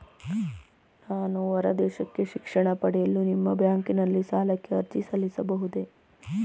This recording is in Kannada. ನಾನು ಹೊರದೇಶಕ್ಕೆ ಶಿಕ್ಷಣ ಪಡೆಯಲು ನಿಮ್ಮ ಬ್ಯಾಂಕಿನಲ್ಲಿ ಸಾಲಕ್ಕೆ ಅರ್ಜಿ ಸಲ್ಲಿಸಬಹುದೇ?